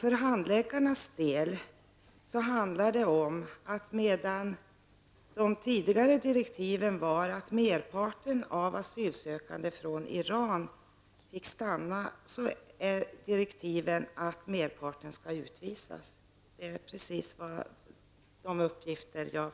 Enligt de uppgifter som jag har fått gick tidigare direktiv för handläggarna ut på att merparten av de asylsökande från Iran fick stanna, medan direktiven nu går ut på att merparten skall utvisas.